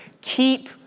keep